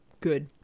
Good